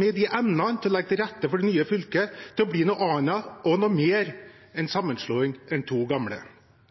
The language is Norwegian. med evne til å legge til rette for at det nye fylket blir noe annet og noe mer enn sammenslåing av to gamle.